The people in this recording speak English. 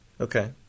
Okay